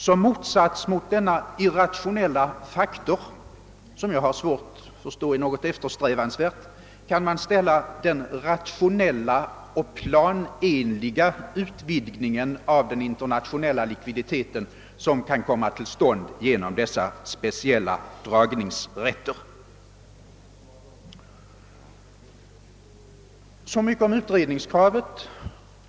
Som motsats till denna irrationella faktor, som jag har svårt förstå är något eftersträvansvärt, kan man ställa den rationella och planenliga utvidgning av den internationella likviditeten som kan komma till stånd genom de speciella dragningsrätterna.